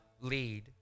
lead